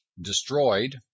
destroyed